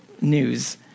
news